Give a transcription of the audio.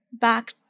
back